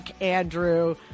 Andrew